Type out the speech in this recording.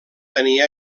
tenir